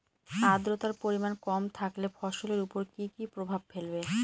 আদ্রর্তার পরিমান কম থাকলে ফসলের উপর কি কি প্রভাব ফেলবে?